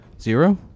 Zero